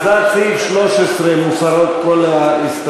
אז עד סעיף 13 מוסרות כל ההסתייגויות,